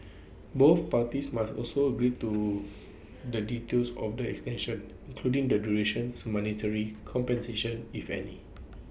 both parties must also agree to the details of the extension including the durations monetary compensation if any